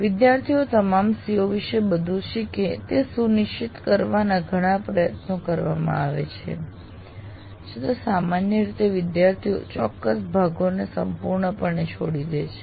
વિદ્યાર્થીઓ તમામ CO વિશે બધું શીખે તે સુનિશ્ચિત કરવાના ઘણા પ્રયત્નો કરવામાં આવે છે છતાં છતાં સામાન્ય રીતે વિદ્યાર્થીઓ ચોક્કસ ભાગોને સંપૂર્ણપણે છોડી દે છે